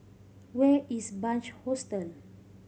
where is Bunc Hostel